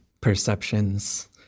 perceptions